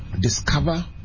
discover